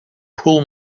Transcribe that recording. pull